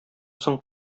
соң